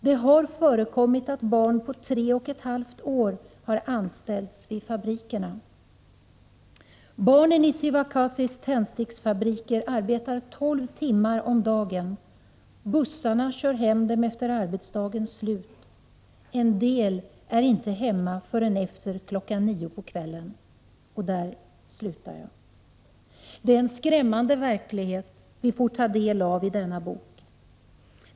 Det har förekommit att barn på tre och ett halvt år har anställts vid fabrikerna. Barnen i Sivakasis tändsticksfabriker arbetar tolv timmar om dagen. Bussarna kör hem dem efter arbetsdagens slut. En del är inte hemma förrän efter klockan nio på kvällen.” Det är en skrämmande verklighet vi får ta del av i denna bok.